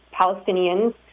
Palestinians